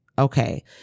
Okay